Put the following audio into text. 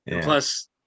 plus